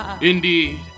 Indeed